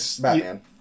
Batman